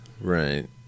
right